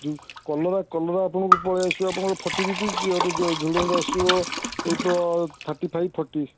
ଯେଉଁ କଲରା କଲରା ଆପଣଙ୍କୁ ପଳାଇ ଆସିବ ଆପଣଙ୍କର ଫର୍ଟି ରୁପିଜ୍ ଝୁଡଙ୍ଗ ଆସିବ ସେଇ ଥାର୍ଟି ଫାଇବ୍ ଫର୍ଟି